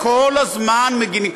כל הזאת מגינים.